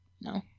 No